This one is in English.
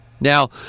Now